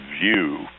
view